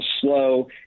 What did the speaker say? slow